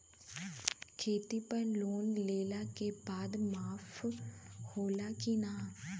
खेती पर लोन लेला के बाद माफ़ होला की ना?